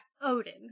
Odin